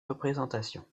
représentation